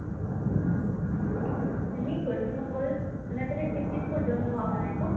ᱢᱮᱱᱫᱤᱧ ᱯᱚᱥᱪᱤᱢ ᱵᱚᱝᱜᱚ ᱯᱚᱱᱚᱛ ᱨᱮ ᱪᱮᱫ ᱪᱮᱫ ᱠᱚ ᱡᱚᱢᱟᱜ ᱧᱩᱣᱟᱜ ᱵᱮᱱᱟᱣᱟᱠᱚ